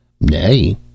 Nay